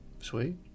sweet